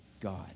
God